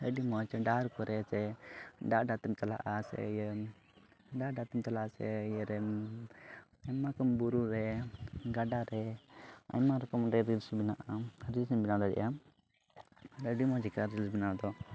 ᱟᱹᱰᱤ ᱢᱚᱡᱽ ᱰᱟᱦᱟᱨ ᱠᱚᱨᱮ ᱥᱮ ᱰᱟᱦᱟᱨ ᱰᱟᱦᱟᱨ ᱛᱮᱢ ᱪᱟᱞᱟᱜᱼᱟ ᱥᱮ ᱤᱭᱟᱹ ᱰᱟᱦᱟᱨ ᱰᱟᱦᱟᱨ ᱛᱮᱢ ᱪᱟᱞᱟᱜ ᱟᱥᱮ ᱤᱭᱟᱹ ᱨᱮᱢ ᱟᱭᱢᱟ ᱨᱚᱠᱚᱢ ᱵᱩᱨᱩ ᱨᱮ ᱜᱟᱰᱟᱨᱮ ᱟᱭᱢᱟ ᱨᱚᱠᱚᱢ ᱨᱮ ᱨᱤᱞᱥ ᱵᱮᱱᱟᱜᱼᱟ ᱨᱤᱞᱥ ᱮᱢ ᱵᱮᱱᱟᱣ ᱫᱟᱲᱮᱭᱟᱜᱼᱟ ᱟᱹᱰᱤ ᱢᱚᱡᱽ ᱟᱹᱭᱠᱟᱹᱜᱼᱟ ᱨᱤᱞᱥ ᱵᱮᱱᱟᱣ ᱫᱚ